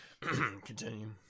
Continue